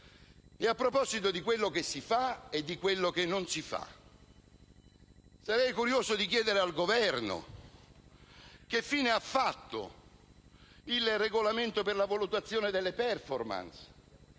A proposito di quello che si fa e non si fa, sarei curioso di chiedere al Governo che fine ha fatto il regolamento per la valutazione delle *performance*,